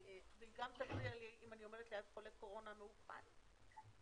וגם תיתן לי התראה אם אני עומדת ליד חולה קורונה מאובחן און-ליין?